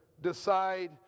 decide